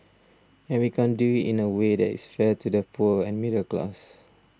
and we can do it in a way that is fair to the poor and middle class